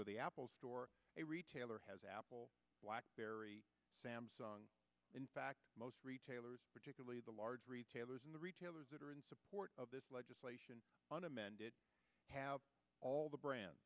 to the apple store a retailer has apple blackberry samsung in fact most retailers particularly the large retailers in the retailers that are in support of this legislation on amended have all the brand